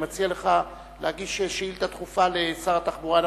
אני מציע לך להגיש שאילתא דחופה לשר התחבורה.